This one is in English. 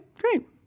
great